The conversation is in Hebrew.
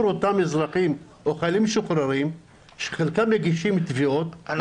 אותם אזרחים או חיילים משוחררים שחלקם מגישים תביעות,